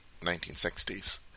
1960s